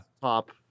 top